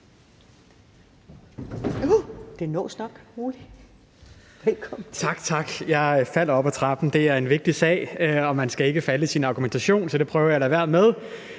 det nås nok. Velkommen